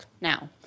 now